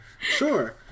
Sure